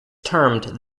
termed